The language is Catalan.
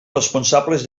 responsables